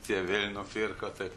tie vėl nupirko tai